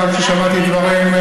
הגם ששמעתי דברים,